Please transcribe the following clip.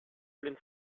pleine